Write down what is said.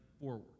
forward